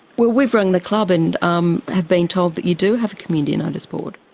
well, we've rung the club and um have been told that you do have a community noticeboard.